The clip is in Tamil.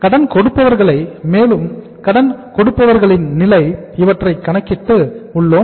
கடன் கொடுப்பவர்களை மேலும் கடன் கொடுப்பவர்களின் நிலை இவற்றை கணக்கிட்டு உள்ளோம்